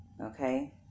Okay